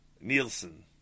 Nielsen